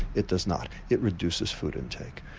it does not, it reduces food intake.